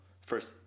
first